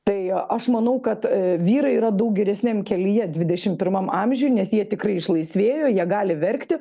tai aš manau kad vyrai yra daug geresniam kelyje dvidešim pirmam amžiuj nes jie tikrai išlaisvėjo jie gali verkti